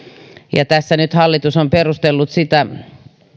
ja tässä nyt hallitus on perustellut sitä